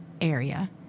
area